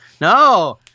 No